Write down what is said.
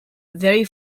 very